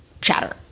chatter